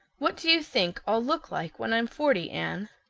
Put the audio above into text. what do you think i'll look like when i'm forty, anne?